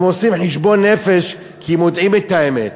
הם עושים חשבון נפש, כי הם יודעים את האמת.